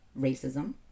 racism